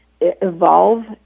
evolve